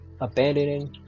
abandoning